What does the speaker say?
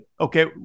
okay